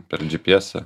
per džy py esą